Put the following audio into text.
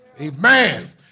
Amen